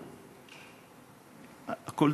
עכשיו,